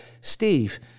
Steve